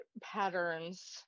patterns